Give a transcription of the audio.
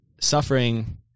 suffering